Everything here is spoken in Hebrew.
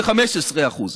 ב-15%.